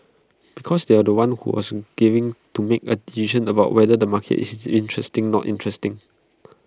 because they are the ones who wasn't giving to make A decision about whether the market is this interesting not interesting